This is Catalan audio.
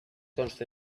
conste